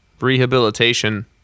rehabilitation